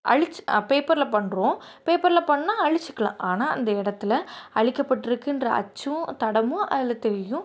அழிச்சு பேப்பர்ல பண்ணுறோம் பேப்பர்ல பண்ணால் அழிச்சிக்கலாம் ஆனால் அந்த இடத்துல அழிக்க பட்டிருக்குன்ற அச்சும் தடமும் அதில் தெரியும்